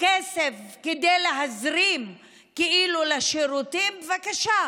כסף כדי להזרים כאילו לשירותים, בבקשה.